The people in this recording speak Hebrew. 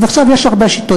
אז עכשיו יש הרבה שיטות.